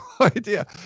idea